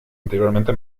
anteriormente